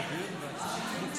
הצבעה במועד אחר.